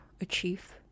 achieve